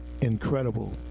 incredible